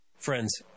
Friends